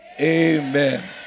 amen